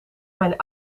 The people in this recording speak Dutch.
mijn